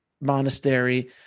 monastery